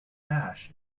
ash